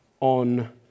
on